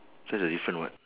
that's the different [what]